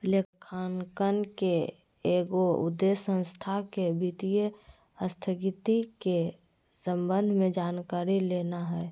लेखांकन के एगो उद्देश्य संस्था के वित्तीय स्थिति के संबंध में जानकारी लेना हइ